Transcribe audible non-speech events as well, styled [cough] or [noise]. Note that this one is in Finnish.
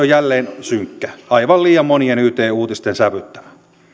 [unintelligible] jälleen synkkä aivan liian monien yt uutisten sävyttämä